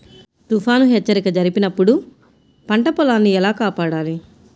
తుఫాను హెచ్చరిక జరిపినప్పుడు పంట పొలాన్ని ఎలా కాపాడాలి?